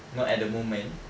not at the moment